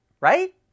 right